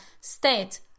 state